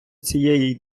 цієї